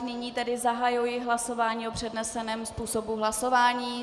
Nyní tedy zahajuji hlasování o předneseném způsobu hlasování.